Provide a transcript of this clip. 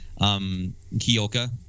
Kiyoka